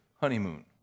honeymoon